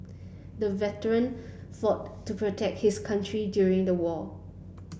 the veteran fought to protect his country during the war